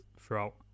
throughout